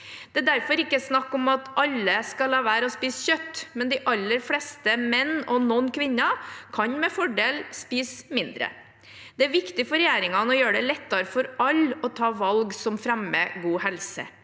Det er derfor ikke snakk om at alle skal la være å spise kjøtt, men de aller fleste menn og noen kvinner kan med fordel spise mindre. Det er viktig for regjeringen å gjøre det lettere for alle å ta valg som fremmer god helse.